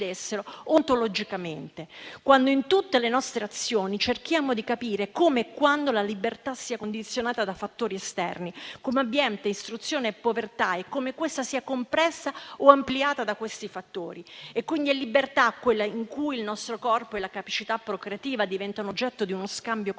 quando in tutte le nostre azioni cerchiamo di capire come e quando la libertà sia condizionata da fattori esterni, come ambiente, istruzione e povertà, e come questa sia compressa o ampliata da questi fattori. E quindi è libertà quella in cui il nostro corpo e la capacità procreativa diventano oggetto di uno scambio commerciale?